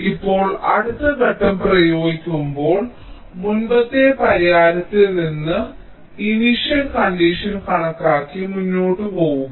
ഇപ്പോൾ അടുത്ത ഘട്ടം പ്രയോഗിക്കുമ്പോൾ മുമ്പത്തെ പരിഹാരത്തിൽ നിന്ന് ഇനിഷ്യൽ കണ്ടീഷൻ കണക്കാക്കി മുന്നോട്ട് പോകുക